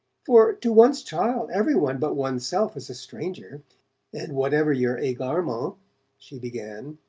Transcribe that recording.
for, to one's child every one but one's self is a stranger and whatever your egarements she began,